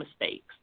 mistakes